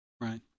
Right